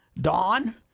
Dawn